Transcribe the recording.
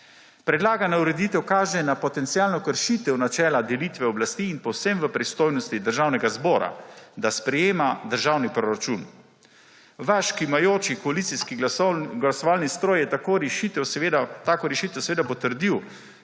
Predlagana ureditev kaže na potencialno kršitev načela delitve oblasti in povsem v pristojnosti Državnega zbora je, da sprejema državni proračun. Vaš kimajoči koalicijski glasovalni stroj je tako rešitev seveda potrdil,